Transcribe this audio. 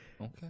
Okay